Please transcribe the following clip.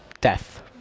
Death